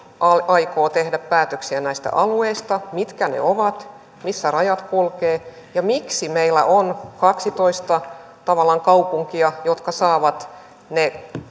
aikoo tehdä päätöksiä näistä alueista mitkä ne ovat missä rajat kulkevat ja miksi meillä on tavallaan kaksitoista kaupunkia jotka saavat ne